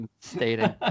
stating